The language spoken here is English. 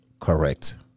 correct